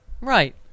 Right